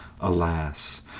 Alas